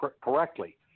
correctly